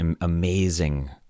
amazing